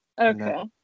Okay